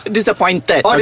Disappointed